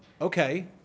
okay